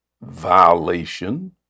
violation